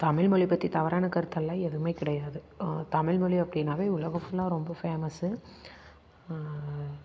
தமிழ்மொழி பற்றி தவறான கருத்தெல்லாம் எதுவுமே கிடையாது தமிழ்மொழி அப்படின்னாவே உலகம் ஃபுல்லாக ரொம்ப ஃபேமஸ்